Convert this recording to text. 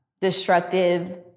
destructive